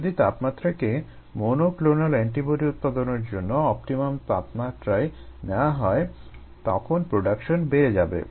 যদি তাপমাত্রাকে monoclonal antibody উৎপাদনের জন্য অপটিমাম তাপমাত্রায় নেওয়া হয় তখন প্রোডাকশন বেড়ে যাবে